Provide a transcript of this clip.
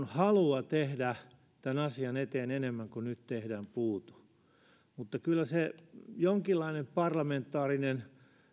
halua tehdä tämän asian eteen enemmän kuin nyt tehdään mutta kyllä jonkinlainen parlamentaarinen